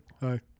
hi